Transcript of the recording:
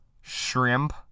Shrimp